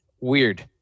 Weird